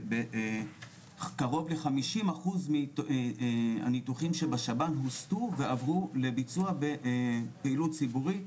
כשקרוב ל-50% מהניתוחים שבשב"ן הוסטו ועברו לביצוע בפעילות ציבורית